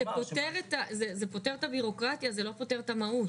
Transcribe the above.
זה פותר את הביורוקרטיה, זה לא פותר את המהות.